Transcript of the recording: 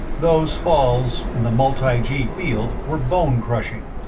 those falls, in the multi-gee field, were bone crushing.